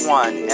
one